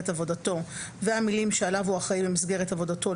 עבודתו" והמילים "שעליו הוא אחראי במסגרת עבודתו,